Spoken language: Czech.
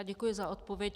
Děkuji za odpověď.